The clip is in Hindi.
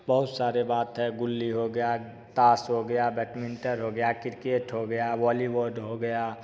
बहुत सारे बात है गुल्ली हो गया ताश हो गया बैडमिंटन हो गया क्रिकेट हो गया वॉलीबॉल हो गया